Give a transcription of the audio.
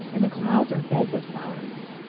and the clouds are beds of flowers.